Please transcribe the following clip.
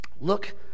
Look